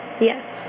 Yes